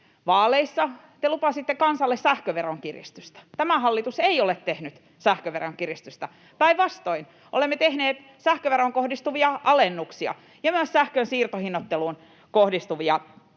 vaaleissa, te lupasitte kansalle sähköveron kiristystä. Tämä hallitus ei ole tehnyt sähköveron kiristystä, päinvastoin. Olemme tehneet sähköveroon kohdistuvia alennuksia ja myös sähkön siirtohinnoitteluun kohdistuvia helpotuksia.